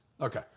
Okay